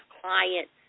clients